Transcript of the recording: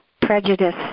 prejudice